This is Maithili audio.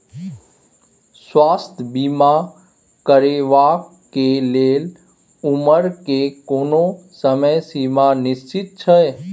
स्वास्थ्य बीमा करेवाक के लेल उमर के कोनो समय सीमा निश्चित छै?